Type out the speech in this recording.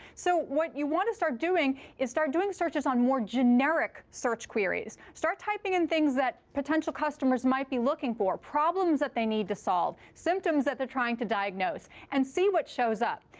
so what you want to start doing is start doing searches on more generic search queries. start typing in things that potential customers might be looking for, problems that they need to solve, symptoms that they're trying to diagnose and see what shows up.